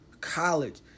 college